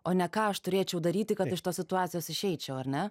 o ne ką aš turėčiau daryti kad iš tos situacijos išeičiau ar ne